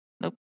Nope